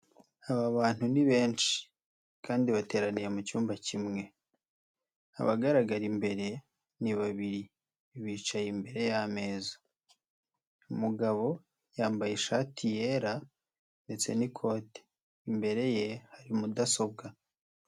Aba bantu ni benshi kandi bateraniye mu cyumba kimwe, abagaragara imbere ni babiri bicaye imbere y'ameza, umugabo yambaye ishati yera ndetse n'ikote, imbere ye hari mudasobwa.